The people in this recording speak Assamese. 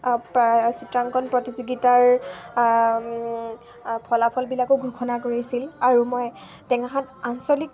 প্ৰায় চিত্ৰাংকণ প্ৰতিযোগিতাৰ ফলাফলবিলাকো ঘোষণা কৰিছিল আৰু মই টেঙাখাত আঞ্চলিক